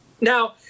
now